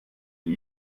die